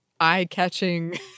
eye-catching